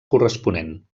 corresponent